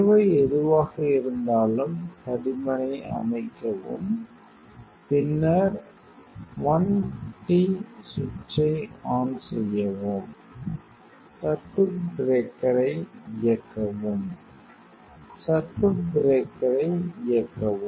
தேவை எதுவாக இருந்தாலும் தடிமனை அமைக்கவும் பின்னர் l t சுவிட்சை ஆன் செய்யவும் சர்க்யூட் பிரேக்கரை இயக்கவும் சர்க்யூட் பிரேக்கரை இயக்கவும்